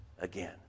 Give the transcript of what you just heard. again